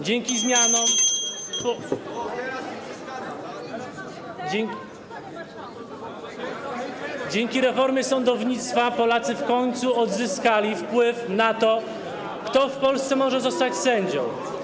Dzięki zmianom, reformie sądownictwa Polacy w końcu odzyskali wpływ na to, kto w Polsce może zostać sędzią.